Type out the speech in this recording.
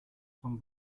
von